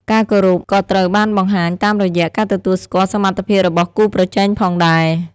ការគោរពក៏ត្រូវបានបង្ហាញតាមរយៈ ការទទួលស្គាល់សមត្ថភាពរបស់គូប្រជែងផងដែរ។